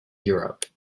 europe